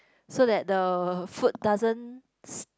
so that the food doesn't s~